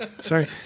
Sorry